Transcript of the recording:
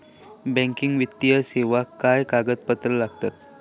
Banking वित्तीय सेवाक काय कागदपत्र लागतत?